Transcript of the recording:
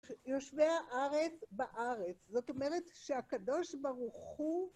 יושבי הארץ בארץ, זאת אומרת שהקדוש ברוך הוא.